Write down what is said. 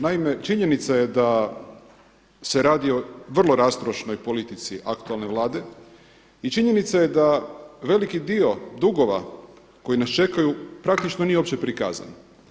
Naime, činjenica je da se radi o vrlo rastrošnoj politici aktualne Vlade i činjenica je da veliki dio dugova koji nas čekaju praktično nije uopće prikazan.